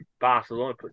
Barcelona